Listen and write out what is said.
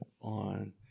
on